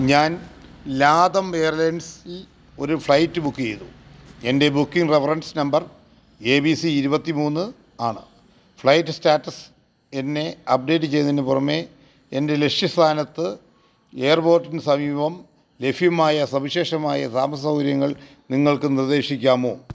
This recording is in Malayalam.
ഞാൻ ലാതം എയർലൈൻസ്ൽ ഒരു ഫ്ലൈറ്റ് ബുക്ക് ചെയ്തു എൻ്റെ booking reference number A B C ഇരുപത്തി മൂന്ന് ആണ് ഫ്ലൈറ്റ് സ്റ്റാറ്റസ് എന്നെ അപ്ഡേറ്റ് ചെയ്യുന്നതിന് പുറമേ എൻ്റെ ലക്ഷ്യ സ്ഥാനത്ത് എയർപോർട്ടിന് സമീപം ലഭ്യമായ സവിശേഷമായ താമസ സൗകര്യങ്ങൾ നിങ്ങൾക്ക് നിർദ്ദേശിക്കാമോ